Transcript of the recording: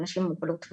אנשים עם מוגבלות,